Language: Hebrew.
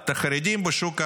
את החרדים בשוק העבודה.